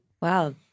Wow